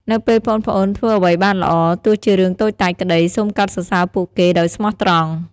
នៅពេលប្អូនៗធ្វើអ្វីបានល្អ ទោះជារឿងតូចតាចក្តី សូមកោតសរសើរពួកគេដោយស្មោះត្រង់។